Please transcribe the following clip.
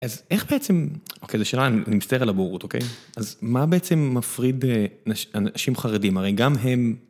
אז איך בעצם... אוקיי, זו שאלה, אני מצטער על הבורות, אוקיי? אז מה בעצם מפריד אנשים חרדים? הרי גם הם...